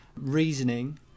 reasoning